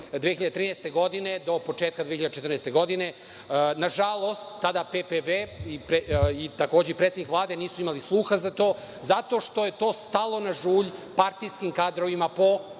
2013. godine do početka 2014. godine, nažalost, tada PPB i takođe predsednik Vlade, nisu imali sluha zato što je to stalo na žulj partijskim kadrovima po